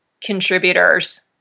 contributors